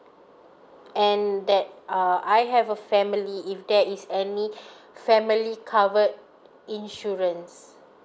and that uh I have a family if there is any family covered insurance